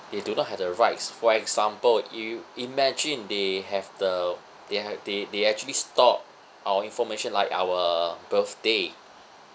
they do not have the rights for example you imagine they have the they have they they actually store our information like our birthday